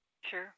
sure